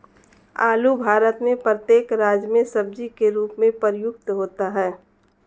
आलू भारत में प्रत्येक राज्य में सब्जी के रूप में प्रयुक्त होता है